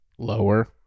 Lower